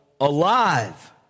alive